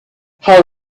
how